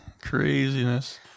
Craziness